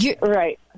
Right